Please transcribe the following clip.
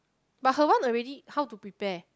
but her one already how to prepare